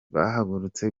bahagurutse